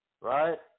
right